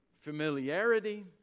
familiarity